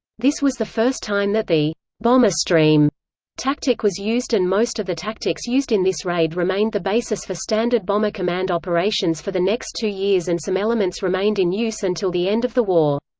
this was the first time that the bomber stream tactic was used and most of the tactics used in this raid remained the basis for standard bomber command operations for the next two years and some elements remained in use until the end of the war.